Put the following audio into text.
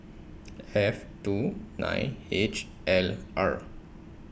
F two nine H L R